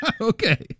Okay